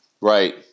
Right